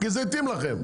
כי זה התאים לכם.